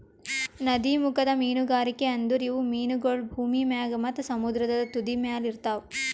ನದೀಮುಖದ ಮೀನುಗಾರಿಕೆ ಅಂದುರ್ ಇವು ಮೀನಗೊಳ್ ಭೂಮಿ ಮ್ಯಾಗ್ ಮತ್ತ ಸಮುದ್ರದ ತುದಿಮ್ಯಲ್ ಇರ್ತಾವ್